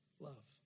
love